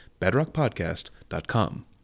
bedrockpodcast.com